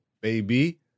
baby